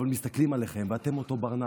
אבל מסתכלים עליכם ואתם אותו ברנש,